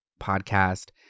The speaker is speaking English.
podcast